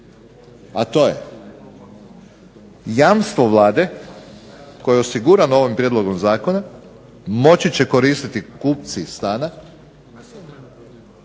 a to je jamstvo Vlade koje je osigurano ovim prijedlogom zakona, moći će koristiti kupci stana